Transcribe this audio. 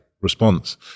response